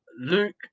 Luke